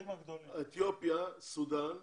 אתיופיה, סודן?